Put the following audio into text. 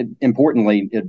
importantly